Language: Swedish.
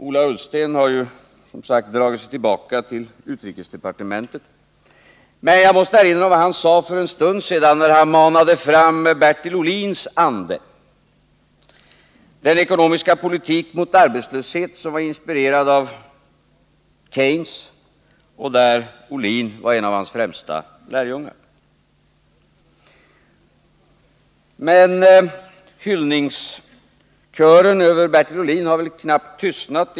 Ola Ullsten har, som jag antytt, dragit sig tillbaka till utrikesdepartementet, men jag måste ändå erinra om vad han sade för en stund sedan, när han manade fram Bertil Ohlins ande. Han pekade på den ekonomiska politik mot arbetslöshet som var inspirerad av Keynes och på att Ohlin i det avseendet var en av Keynes främsta lärjungar. Också vid folkpartiets landsmöte riktades hyllningar till Bertil Ohlin.